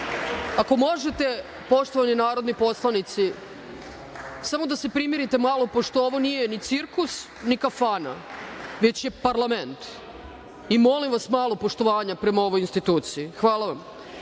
možete, poštovani narodni poslanici, samo da se primirite malo, pošto ovo nije ni cirkus, ni kafana, već je parlament i molim vas malo poštovanja prema ovoj instituciji. Hvala